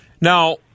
Now